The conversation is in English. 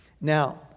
Now